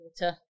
water